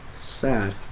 sad